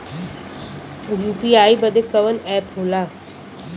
UPI बदे कवन app होला?